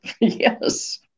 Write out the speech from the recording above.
yes